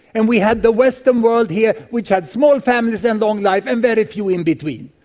and we had the western world here which had small families and long life, and very few in between.